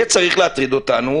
זה צריך להטריד אותנו,